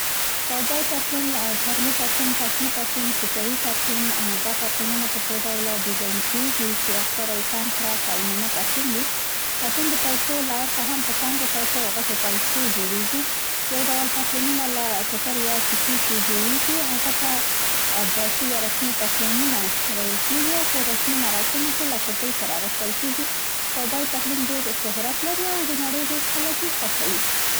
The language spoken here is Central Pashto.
کوبای پتلون، چرمي پتلون، پشمي پتلون، تکه یي پتلون، دا پتلونونه په څو ډوله ډیزان کېږي، سي اکثره یې تنګ، پراخ او نیمه پتلون وي. پتلون د پایڅو له اړخه هم په تنګو پایڅو او غټو پایڅو جوړیږي. یو ډول پتلونونه له ټوکر یا تکې چې جوړيږي، هغه ته دراسي یا رسمي پتلونونه ویل کېږي او په رسمي مراسمو کې له کورتۍ سره اغوستل کېږي. کوبای پتلون ډېر شهرت لري او د نړۍ ډېر خلک یې خوښوي.